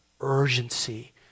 urgency